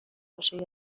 باشد